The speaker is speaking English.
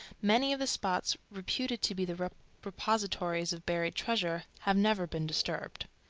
many of the spots reputed to be the repositories of buried treasure have never been disturbed.